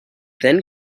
then